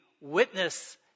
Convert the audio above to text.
witness